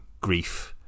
grief